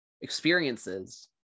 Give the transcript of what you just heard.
experiences